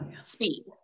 speed